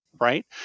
Right